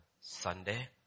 Sunday